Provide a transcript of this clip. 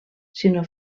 sinó